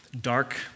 dark